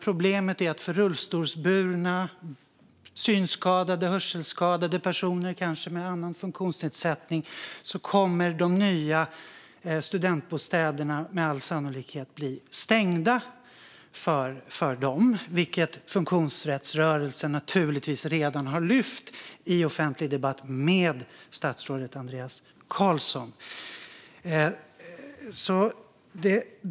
Problemet är att de nya studentbostäderna med all sannolikhet kommer att bli stängda för rullstolsburna, synskadade, hörselskadade och personer med annan funktionsnedsättning, vilket funktionsrättsrörelsen naturligtvis redan har tagit upp i offentlig debatt med statsrådet Andreas Carlson.